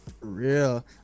Real